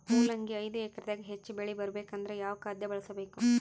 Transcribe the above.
ಮೊಲಂಗಿ ಐದು ಎಕರೆ ದಾಗ ಹೆಚ್ಚ ಬೆಳಿ ಬರಬೇಕು ಅಂದರ ಯಾವ ಖಾದ್ಯ ಬಳಸಬೇಕು?